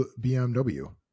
BMW